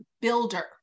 builder